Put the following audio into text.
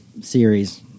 Series